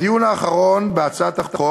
בדיון האחרון בהצעת החוק